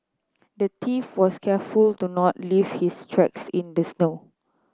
the thief was careful to not leave his tracks in the snow